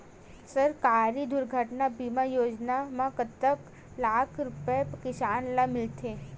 सहकारी दुर्घटना बीमा योजना म कतेक लाख रुपिया किसान ल मिलथे?